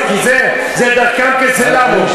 "זֶה דַרְכָּם כֵּסֶל לָמוֹ",